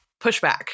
pushback